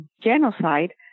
genocide